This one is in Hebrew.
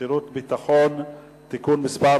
שירות ביטחון (תיקון מס'